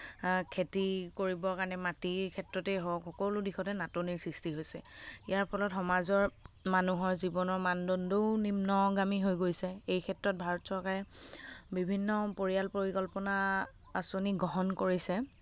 খেতি কৰিবৰ কাৰণে মাটিৰ ক্ষেত্ৰতেই হওঁক সকলো ক্ষেত্ৰতে নাটনিৰ সৃষ্টি হৈছে ইয়াৰ ফলত সমাজৰ মানুহৰ জীৱনৰ মানদণ্ডও নিম্নগামী হৈ গৈছে এই ক্ষেত্ৰত ভাৰত চৰকাৰে বিভিন্ন পৰিয়াল পৰিকল্পনা আঁচনি গহণ কৰিছে